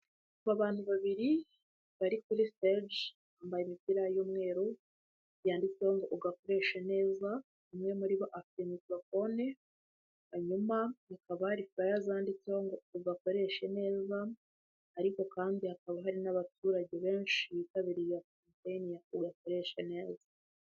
Aba abantu babiri bari kuri stage bambaye imipira y'umweru yanditseho ngo ugakoreshe neza ,umwe muri bo amikorofone hanyuma hakaba furaya zanditseho ngo ugakoreshe neza. Ariko kandi hakaba hari n'abaturage benshi bitabiriye iyo kampeyini ya tugakoreshe neza.